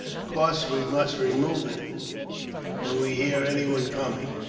course, we must remove it when we hear anyone coming.